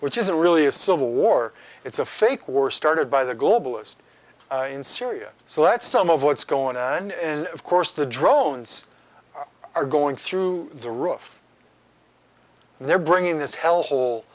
which isn't really a civil war it's a fake war started by the globalist in syria so that's some of what's going on and of course the drones are going through the roof and they're bringing this hel